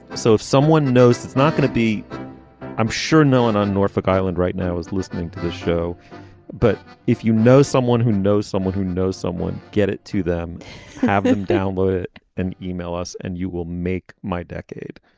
so if someone knows that's not going to be i'm sure no one on norfolk island right now is listening to this show but if you know someone who knows someone who knows someone get it to them have download it and email us and you will make my decade